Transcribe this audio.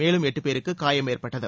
மேலும் எட்டுபேருக்கு காயம் ஏற்பட்டது